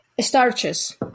starches